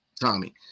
Tommy